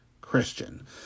Christian